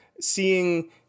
seeing